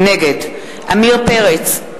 נגד עמיר פרץ,